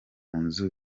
nzu